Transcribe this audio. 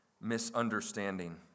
misunderstanding